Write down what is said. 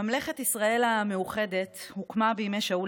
ממלכת ישראל המאוחדת הוקמה בימי שאול